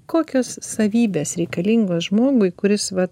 kokios savybės reikalingos žmogui kuris vat